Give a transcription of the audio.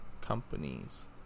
companies